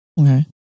Okay